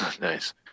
Nice